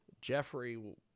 Jeffrey